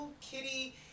kitty